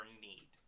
need